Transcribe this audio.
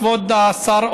כבוד השר,